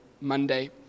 Monday